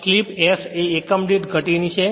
slip s એ એકમદીઠ ની ગતિ છે